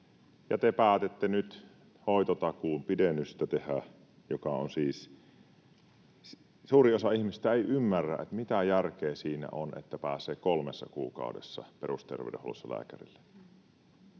te päätitte nyt tehdä hoitotakuun pidennystä. Suurin osa ihmisistä ei ymmärrä, mitä järkeä siinä on, että pääsee kolmessa kuukaudessa perusterveydenhuollossa lääkärille.